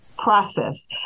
process